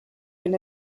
been